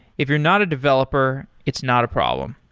if you're not a developer, it's not a problem.